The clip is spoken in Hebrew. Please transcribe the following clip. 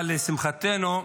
אבל לשמחתנו,